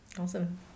Awesome